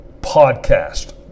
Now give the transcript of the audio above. podcast